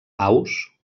aus